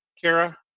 Kara